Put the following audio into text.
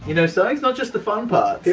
you know, sewing's not just the fun part.